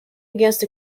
against